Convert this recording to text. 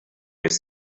his